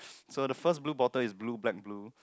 so the blue bottle is blue black blue